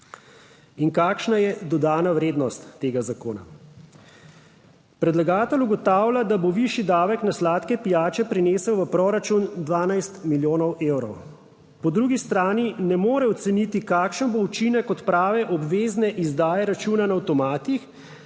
In kakšna je dodana vrednost tega zakona? Predlagatelj ugotavlja, da bo višji davek na sladke pijače prinesel v proračun 12 milijonov evrov. Po drugi strani ne more oceniti kakšen bo učinek odprave obvezne izdaje računa na avtomatih,